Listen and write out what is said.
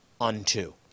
unto